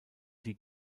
die